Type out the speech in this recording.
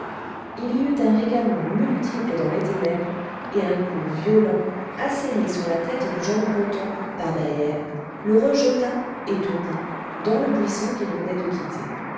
il y eut un ricanement multiple dans les ténèbres et un coup violent assené sur la tête du jeune breton par derrière le rejeta étourdi dans le buisson qu'il venait de quitter